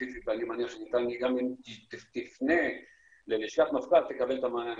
אני מניח שאם תפנה ללשכת מפכ"ל תקבל את המענה הנכון.